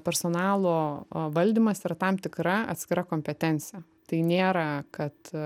personalo valdymas yra tam tikra atskira kompetencija tai nėra kad